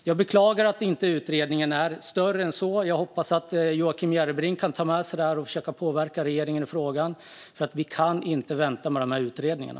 Jag beklagar att utredningen inte är större än så, och jag hoppas att Joakim Järrebring kan ta med sig detta och försöka påverka regeringen i frågan eftersom vi inte kan vänta med utredningarna.